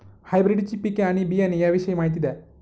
हायब्रिडची पिके आणि बियाणे याविषयी माहिती द्या